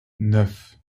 neuf